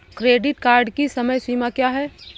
Credit card की समय सीमा क्या है?